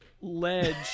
ledge